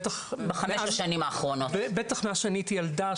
בטח מאז שאני הייתי ילדה,